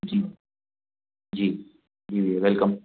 जी जी जी भैया वेलकम